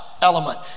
element